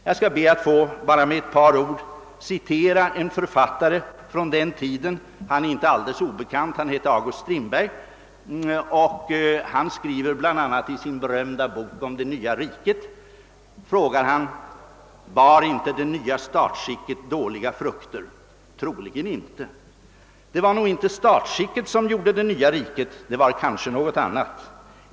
Jag skall be att få citera en författare från den tiden — han är inte alldeles obekant, han hette August Strindberg. I sin berömda bok Det nya riket skriver han bl.a.: »Men bar det nya statsskicket dåliga frukter? Troligen icke! ——— Det var nog icke statsskicket som gjorde det nya riket; det var kanske något annat.